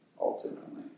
ultimately